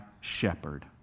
shepherd